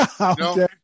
Okay